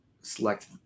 select